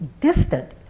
distant